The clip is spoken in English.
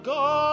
God